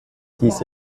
diese